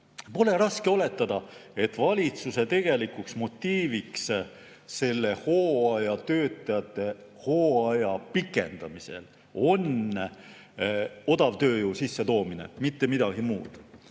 Pole raske oletada, et valitsuse tegelik motiiv hooajatöötajate hooaja pikendamisel on odavtööjõu sissetoomine, mitte midagi muud.